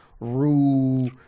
rule